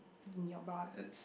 in your bar